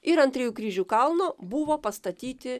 ir ant trijų kryžių kalno buvo pastatyti